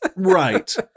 Right